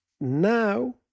Now